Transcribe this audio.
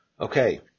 Okay